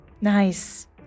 Nice